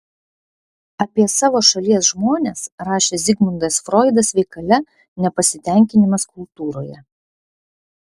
apie savo šalies žmones rašė zigmundas froidas veikale nepasitenkinimas kultūroje